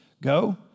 go